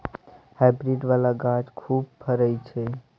hybrid बला गाछ खूब फरइ छै